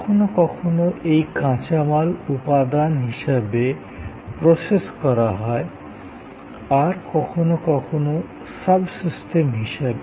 কখনও কখনও এই কাঁচামাল উপাদান হিসাবে প্রসেস করা হয় আর কখনও কখনও সাব সিস্টেম হিসাবে